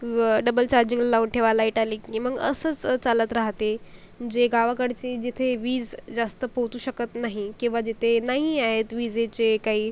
व double charging लावून ठेवा लाईट आले की मग असंच चालत राहते जे गावाकडचे जिथे वीज जास्त पोहोचू शकत नाही किंवा जिथे नाही आहेत विजेचे काही